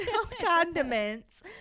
condiments